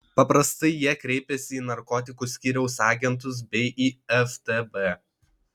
paprastai jie kreipiasi į narkotikų skyriaus agentus bei į ftb